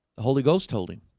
the holy ghost told him